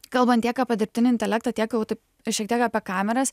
kalbant tiek apie dirbtinį intelektą tiek jau taip šiek tiek apie kameras